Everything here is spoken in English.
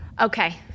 Okay